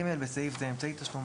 בסעיף זה - "אמצעי תשלום",